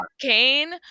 Kane